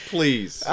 Please